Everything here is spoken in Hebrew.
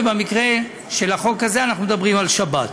ובמקרה של החוק הזה אנחנו מדברים על שבת.